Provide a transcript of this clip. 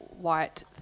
white